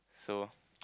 so